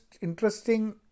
interesting